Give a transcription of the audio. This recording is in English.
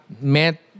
met